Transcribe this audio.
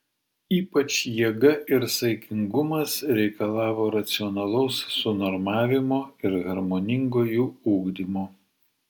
ypač jėga ir saikingumas reikalavo racionalaus sunormavimo ir harmoningo jų ugdymo